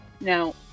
now